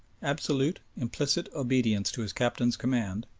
absolute, implicit obedience to his captain's command,